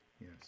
yes